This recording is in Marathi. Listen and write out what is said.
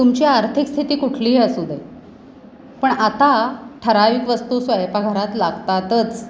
तुमची आर्थिक स्थिती कुठलीही असू दे पण आता ठराविक वस्तू स्वयंपाकघरात लागतातच